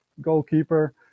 goalkeeper